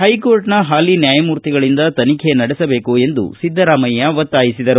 ಹೈಕೋರ್ಟ್ನ ಹಾಲಿ ನ್ಲಾಯಮೂರ್ತಿಗಳಿಂದ ತನಿಖೆ ಆಗಬೇಕು ಎಂದು ಸಿದ್ದರಾಮಯ್ಯ ಒತ್ತಾಯಿಸಿದರು